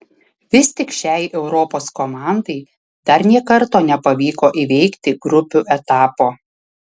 vis tik šiai europos komandai dar nė karto nepavyko įveikti grupių etapo